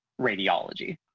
radiology